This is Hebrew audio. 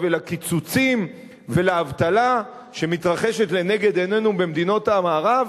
ולקיצוצים ולאבטלה שמתרחשים לנגד עינינו במדינות המערב?